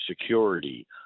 security